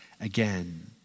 again